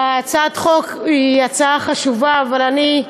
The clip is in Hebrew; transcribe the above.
הצעת החוק היא הצעה חשובה אבל אני,